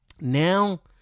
Now